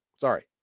Sorry